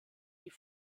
die